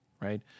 right